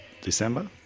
December